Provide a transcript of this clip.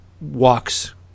walks